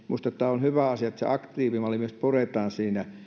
minusta on hyvä asia että se aktiivimalli myös puretaan siinä